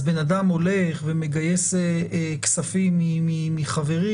אז בן אדם הולך ומגייס כספים מחברים,